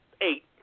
Eight